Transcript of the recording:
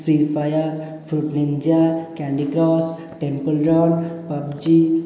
free fire fruit ninja candy crush temple run PUBG